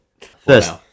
First